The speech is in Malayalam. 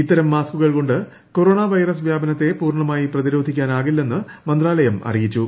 ഇത്തരം മാസ്കുകൾ കൊണ്ട് കൊറോണ വൈറസ് വ്യാപനത്തെ പൂർണമായി പ്രതിരോധിക്കാനാവില്ലെന്ന് മന്ത്രാലയം അറിയിച്ചു